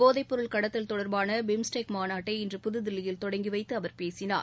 போதைப்பொருள் கடத்தல் தொடர்பான பிம்ஸ்டெக் மாநாட்டை இன்று புதுதில்லியில் தொடங்கி வைத்து அவர் பேசினார்